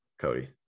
Cody